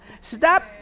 stop